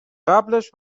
قبلش